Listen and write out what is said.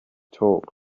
talk